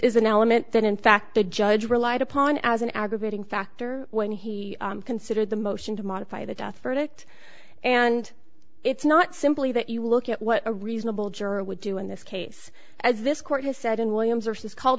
is an element that in fact the judge relied upon as an aggravating factor when he considered the motion to modify the death verdict and it's not simply that you look at what a reasonable juror would do in this case as this court has said in williams or says cal